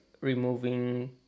removing